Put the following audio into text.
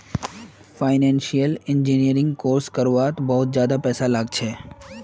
financial engineering course कर वात बहुत ज्यादा पैसा लाग छे